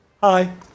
Hi